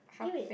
really